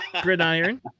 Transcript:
gridiron